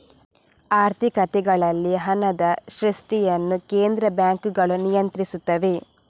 ಆರ್ಥಿಕತೆಗಳಲ್ಲಿ ಹಣದ ಸೃಷ್ಟಿಯನ್ನು ಕೇಂದ್ರ ಬ್ಯಾಂಕುಗಳು ನಿಯಂತ್ರಿಸುತ್ತವೆ